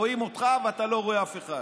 רואים אותך ואתה לא רואה אף אחד.